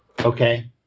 Okay